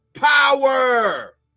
power